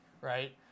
right